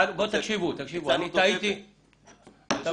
השעה שנותרה לנו, אני רוצה